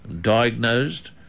diagnosed